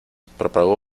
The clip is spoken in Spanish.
propagó